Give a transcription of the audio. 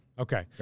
Okay